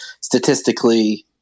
statistically